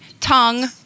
tongue